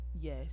Yes